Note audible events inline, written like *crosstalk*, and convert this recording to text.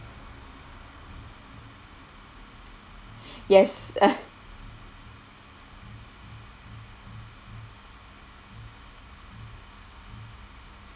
yes *laughs*